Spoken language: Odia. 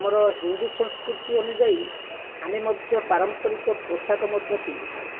ଆମର ହିନ୍ଦୁ ସଂସ୍କୃତି ଅନୁଯାୟୀ ଆମେ ମଧ୍ୟ ପାରମ୍ପରିକ ପୋଷାକ ମଧ୍ୟ ପିନ୍ଧିଥାଉ